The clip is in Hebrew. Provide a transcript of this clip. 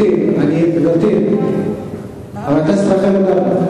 גברתי חברת הכנסת רחל אדטו,